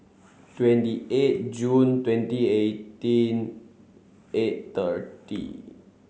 twenty eight June twenty eighteen eight thirty